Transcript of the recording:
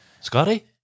Scotty